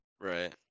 right